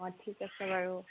অঁ অঁ ঠিক আছে বাৰু